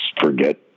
forget